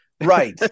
Right